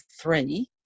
three